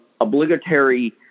obligatory –